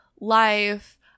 life